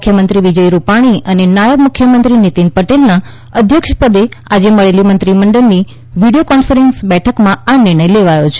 મુખ્યમંત્રી વિજય રૂપાણી અને નાયબ મુખ્યમંત્રી નીતિન પટેલના અધ્યક્ષપદે આજે મળેલી મંત્રીમંડળની વીડિયો કોન્ફરન્સિંગ બેઠકમાં આ નિર્ણય લેવાયો છે